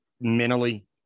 mentally